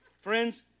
Friends